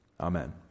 Amen